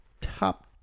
top